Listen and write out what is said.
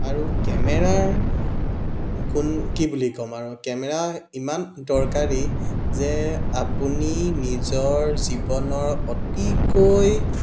আৰু কেমেৰাৰ গুণ কি বুলি ক'ম আৰু কেমেৰা ইমান দৰকাৰী যে আপুনি নিজৰ জীৱনৰ অতিকৈ